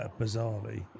bizarrely